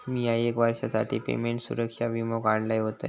मिया एक वर्षासाठी पेमेंट सुरक्षा वीमो काढलय होतय